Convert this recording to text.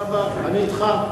אני אתך בעניין הזה.